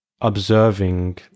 observing